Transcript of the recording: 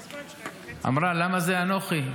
אמרה: למה זה אנוכי?